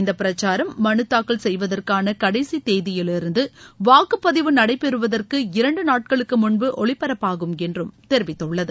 இந்தப் பிரச்சாரம் குறித்து மனுதாக்கல் செய்வதற்கான கடைசி குதியிலிருந்து சுவாக்குப்பதிவு நடைபெறுவதற்கு இரண்டு நாட்களுக்கு முன்பு ஒலிபரப்பாகும் என்று தெரிவித்துள்ளது